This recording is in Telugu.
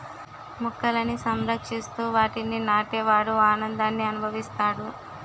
మొక్కలని సంరక్షిస్తూ వాటిని నాటే వాడు ఆనందాన్ని అనుభవిస్తాడు